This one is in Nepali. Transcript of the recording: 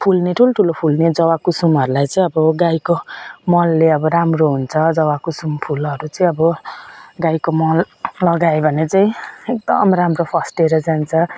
फुल्ने ठुल्ठुलो फुल्ने जभा कुसुमहरूलाई चाहिँ अब गाईको मलले अब राम्रो हुन्छ जभा कुसुम फुलहरू चाहिँ अब गाईको मल लगायो भने चाहिँ एकदम राम्रो फस्टाएर जान्छ